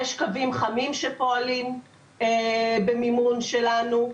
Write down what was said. יש גם קווים חמים שפועלים במימון שלנו.